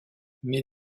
mais